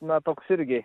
na toks irgi